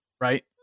right